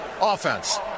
offense